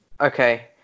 okay